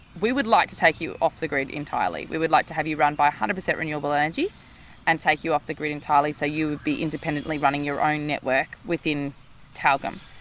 we would like to take you off the grid entirely, we would like to have you run by one hundred percent renewable energy and take you off the grid entirely so you would be independently running your own network within tyalgum.